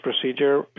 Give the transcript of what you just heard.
procedure